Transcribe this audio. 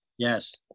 Yes